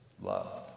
love